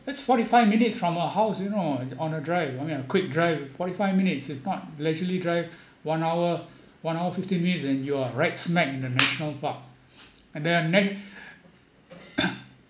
it's forty five minutes from our house you know on a drive I mean a quick drive forty five minutes if not leisurely drive one hour one hour fifteen minutes you are right smack in the national park and there are na~